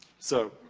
so,